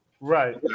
Right